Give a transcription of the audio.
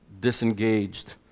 disengaged